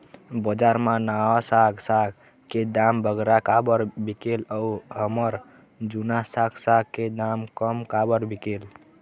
बजार मा नावा साग साग के दाम बगरा काबर बिकेल अऊ हमर जूना साग साग के दाम कम काबर बिकेल?